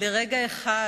לרגע אחד